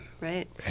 Right